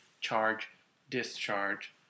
charge-discharge